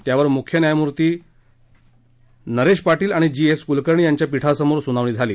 त्यावर मुख्य न्यायमूर्ती नरेश पाटील आणि न्यायमूर्ती जी एस कुलकर्णी यांच्या पीठासमोर सुनावणी झाली